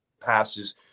passes